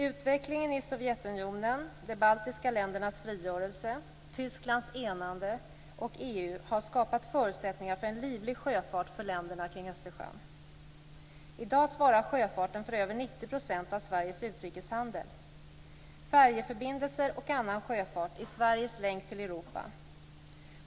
Utvecklingen i Sovjetunionen, de baltiska ländernas frigörelse, Tysklands enande och EU har skapat förutsättningar för en livlig sjöfart för länderna kring Östersjön. I dag svarar sjöfarten för över 90 % av Sveriges utrikeshandel. Färjeförbindelser och annan sjöfart är Sveriges länk till Europa.